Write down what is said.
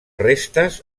restes